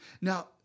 Now